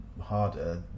harder